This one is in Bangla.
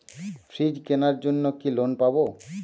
ফ্রিজ কেনার জন্য কি লোন পাব?